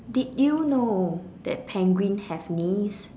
did you know that penguin have knees